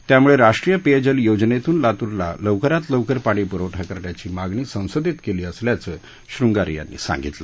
त्यामुळे राष्ट्रीय पेय जल योजनेतून लातूराला लवकरात लवकर पाणी प्रवठा करण्याची मागणी संसदेत केली असल्याचं श्रंगारे यांनी सांगितलं